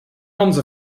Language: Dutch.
onze